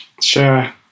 Sure